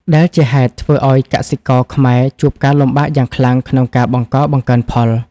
ដែលជាហេតុធ្វើឱ្យកសិករខ្មែរជួបការលំបាកយ៉ាងខ្លាំងក្នុងការបង្កបង្កើនផល។